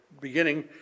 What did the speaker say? beginning